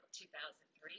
2003